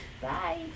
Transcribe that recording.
Bye